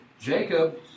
Jacob